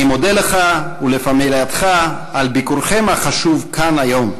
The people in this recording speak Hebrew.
אני מודה לך ולפמלייתך על ביקורכם החשוב כאן היום,